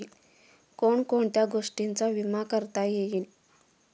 कोण कोणत्या गोष्टींचा विमा करता येईल?